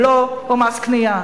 בלו או מס קנייה.